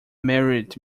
married